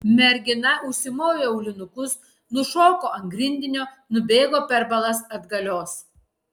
mergina užsimovė aulinukus nušoko ant grindinio nubėgo per balas atgalios